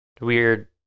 weird